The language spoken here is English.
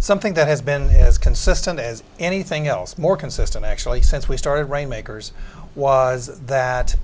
something that has been as consistent as anything else more consistent actually says we started right makers was that